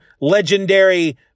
legendary